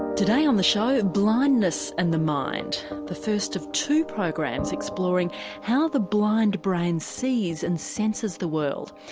today on the show blindness and the mind the first of two programs exploring how the blind brain sees and senses the world.